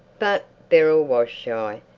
but beryl was shy.